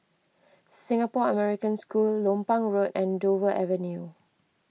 Singapore American School Lompang Road and Dover Avenue